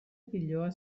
piloa